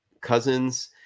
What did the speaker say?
Cousins